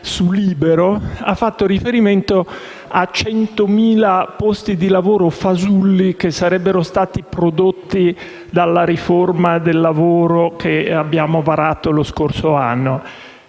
su «Libero», ha fatto riferimento a 100.000 posti di lavoro fasulli che sarebbero stati prodotti della riforma del lavoro che abbiamo varato lo scorso anno.